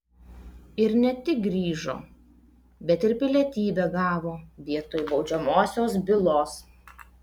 ir ne tik grįžo bet ir pilietybę gavo vietoj baudžiamosios bylos